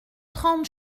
trente